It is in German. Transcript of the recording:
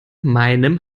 meinem